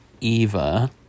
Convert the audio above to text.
Eva